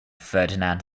ferdinand